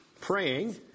praying